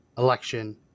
election